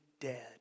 dead